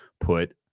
put